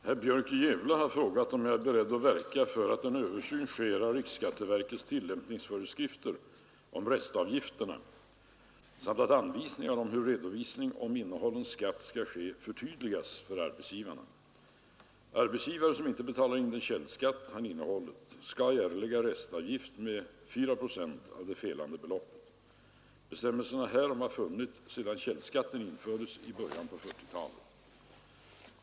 Herr talman! Herr Björk i le har frågat, om jag är beredd att verka för att en översyn sker av riksskatteverkets tilliämpningsföreskrifter om restavgifterna samt att anvisningarna om hur redovisning om innehållen skatt skall ske förtydligas för arbetsgivarna. Arbetsgivare, som inte betalar in den källskatt han innehållit, skall erlägga restavgift med 4 procent av det felande beloppet. Bestämmelserna härom har funnits sedan källskatten infördes i mitten på 1940-talet.